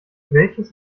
welches